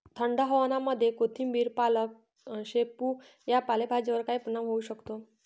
थंड हवामानामध्ये कोथिंबिर, पालक, शेपू या पालेभाज्यांवर काय परिणाम होऊ शकतो?